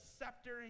scepter